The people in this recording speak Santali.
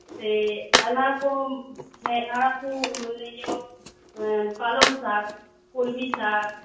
ᱥᱮ ᱟᱭᱢᱟᱨᱚᱠᱚᱢ ᱦᱮᱸ ᱟᱲᱟᱜ ᱠᱩ ᱢᱟᱱᱮ ᱡᱮᱢᱚᱱ ᱯᱟᱞᱚᱱ ᱥᱟᱠ ᱠᱚᱞᱢᱤ ᱥᱟᱠ